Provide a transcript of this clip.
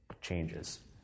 changes